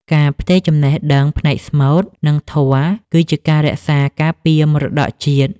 ការផ្ទេរចំណេះដឹងផ្នែកស្មូត និងធម៌ គឺជាការរក្សាការពារមរតកជាតិ។